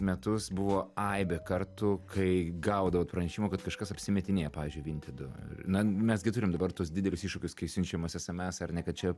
metus buvo aibę kartų kai gaudavot pranešimų kad kažkas apsimetinėja pavyzdžiui vintedu na mes gi turim dabar tuos didelius iššūkius kai siunčiamas sms ar ne kad čia